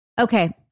Okay